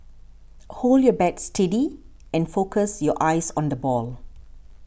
hold your bat steady and focus your eyes on the ball